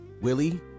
Willie